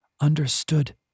Understood